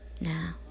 Now